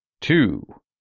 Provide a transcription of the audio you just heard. two